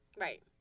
Right